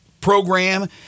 program